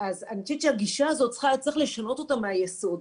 אני חושבת שצריך לשנות את הגישה הזאת מהיסוד.